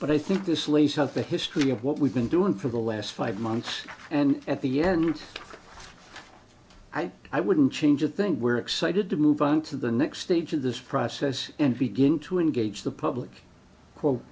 but i think this lays out the history of what we've been doing for the last five months and at the end i wouldn't change a thing we're excited to move on to the next stage of this process and begin to engage the public